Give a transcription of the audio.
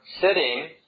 sitting